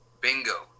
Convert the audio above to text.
bingo